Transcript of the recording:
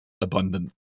abundant